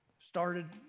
started